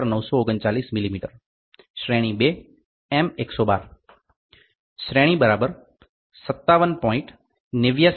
8939 mm → શ્રેણી II શ્રેણી 57